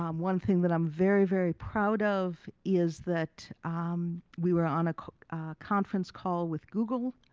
um one thing that i'm very, very proud of is that we were on a conference call with google